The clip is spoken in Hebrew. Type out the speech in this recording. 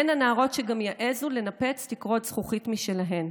הן הנערות שגם יעזו לנפץ תקרות זכוכית משלהן.